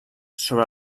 sobre